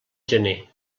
gener